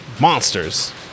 monsters